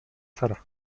sara